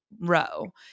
row